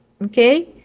okay